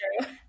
true